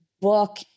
book